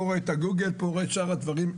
פה הוא רואה את גוגל ואת שאר הדברים.